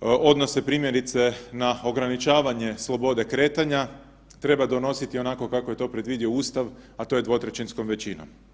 odnose primjerice na ograničavanje slobode kretanja treba donositi onako kako je to predvidio Ustav, a to je dvotrećinskom većinom.